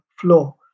flow